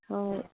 ꯍꯣꯏ